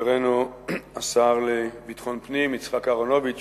חברנו השר לביטחון פנים יצחק אהרונוביץ